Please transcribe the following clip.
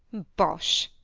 bosh.